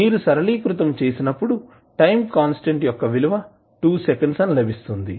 మీరు సరళీకృతం చేసినప్పుడు టైం కాన్స్టాంట్ యొక్క విలువ 2 సెకండ్స్ అని లభిస్తుంది